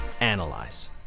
Analyze